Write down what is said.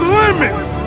limits